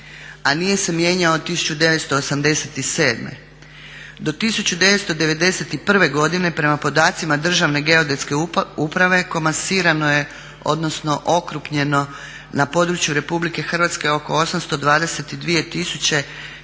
a nije se mijenjao od 1987. Do 1991. godine prema podacima državne Geodetske uprave komasirano je, odnosno okrupnjeno na području Republike Hrvatske oko 822